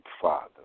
Father